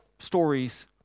stories